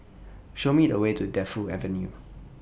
Show Me The Way to Defu Avenue